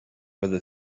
whether